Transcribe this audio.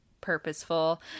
purposeful